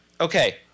Okay